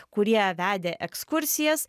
kurie vedė ekskursijas